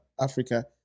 Africa